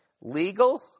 legal